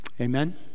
amen